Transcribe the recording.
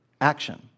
action